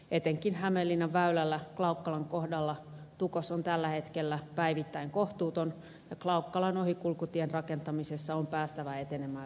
etenkin hämeenlinnanväylällä klaukkalan kohdalla tukos on tällä hetkellä päivittäin kohtuuton ja klaukkalan ohikulkutien rakentamisessa on päästävä etenemään viivyttelemättä